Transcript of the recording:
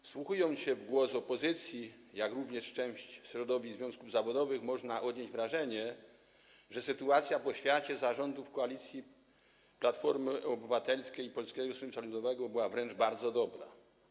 Wsłuchując się w głos opozycji, jak również części środowisk związków zawodowych, można odnieść wrażenie, że sytuacja w oświacie za rządów koalicji Platformy Obywatelskiej i Polskiego Stronnictwa Ludowego była wręcz bardzo dobra.